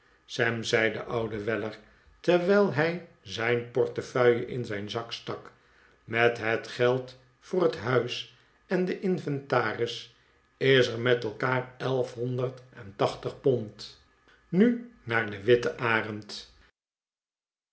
sam zei de oude weller terwijl hij zijn portefeuille in zijn zak stak met het geld voor het huis en den inventaris is er met elkaar elfhonderd en tachtig pond nu naar de witte arend